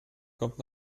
kommt